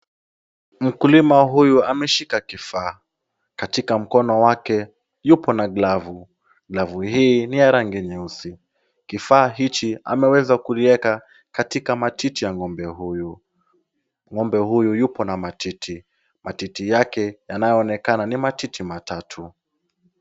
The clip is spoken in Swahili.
Mkulima huyu ameshika kifaa. Katika mkono wake yupo na glavu. Glavu hii ni ya rangi nyeusi. Kifaa hiki ameweza kuliweka katika matiti ya ng'ombe huyu. Ng'ombe huyu yupo na matiti. Matiti yake yanaonekana ni matiti matatu.